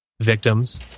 victims